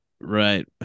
Right